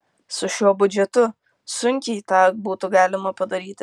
su šiuo biudžetu sunkiai tą būtų galima padaryti